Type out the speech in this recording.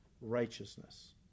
righteousness